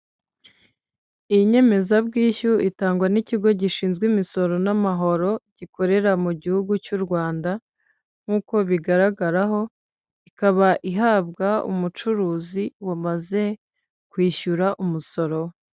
Iyi nyemezabwishyu itangwa n'ikigo gishinzwe imisoro n'amahoro gikorera mu gihugu cy'u Rwanda, nk'uko bigaragaraho ikaba ihabwa umucuruzi wamaze kwishyura umusoro.